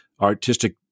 artistic